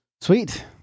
Sweet